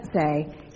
say